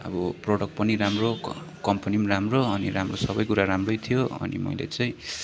अब प्रडक्ट पनि राम्रो कम्पनी पनि राम्रो अनि राम्रो सबै कुरा राम्रै थियो अनि मैले चाहिँ